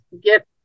get